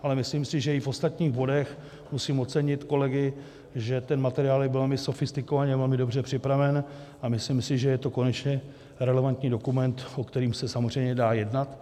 Ale myslím si, že i v ostatních bodech musím ocenit kolegy, že ten materiál je velmi sofistikovaně, velmi dobře připraven, a myslím si, že je to konečně relevantní dokument, o kterém se samozřejmě dá jednat.